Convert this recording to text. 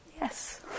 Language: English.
Yes